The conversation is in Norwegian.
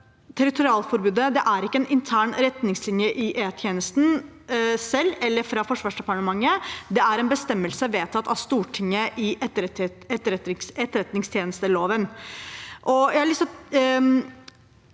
territorialforbudet ikke er en intern retningslinje i E-tjenesten selv eller fra Forsvarsdepartementet, det er en bestemmelse vedtatt av Stortinget i etterretningstjenesteloven.